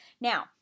now